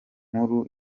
nkuru